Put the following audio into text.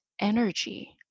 energy